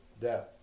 death